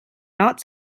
not